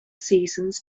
seasons